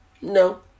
No